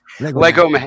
Lego